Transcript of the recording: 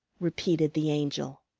repeated the angel.